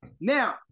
Now